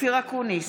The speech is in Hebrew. אופיר אקוניס,